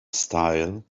style